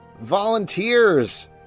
volunteers